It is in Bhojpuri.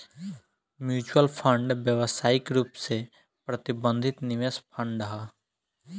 म्यूच्यूअल फंड व्यावसायिक रूप से प्रबंधित निवेश फंड ह